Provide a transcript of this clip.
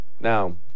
Now